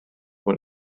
mwyn